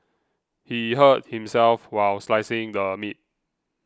he hurt himself while slicing the meat